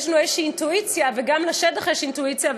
יש לנו איזושהי אינטואיציה וגם לשטח יש אינטואיציה,